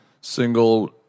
single